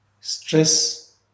stress